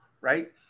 right